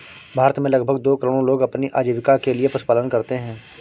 भारत में लगभग दो करोड़ लोग अपनी आजीविका के लिए पशुपालन करते है